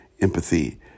empathy